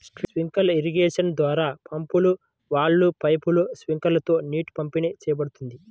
sprinkler irrigation ద్వారా పంపులు, వాల్వ్లు, పైపులు, స్ప్రింక్లర్లతో నీరు పంపిణీ చేయబడుతుంది